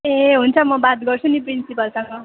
ए हुन्छ म बात गर्छु नि प्रिन्सिपलसँग